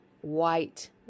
white